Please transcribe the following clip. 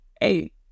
hey